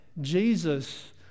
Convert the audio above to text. Jesus